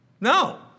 No